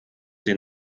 den